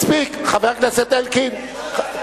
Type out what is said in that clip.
מספיק, חבר הכנסת אלקין.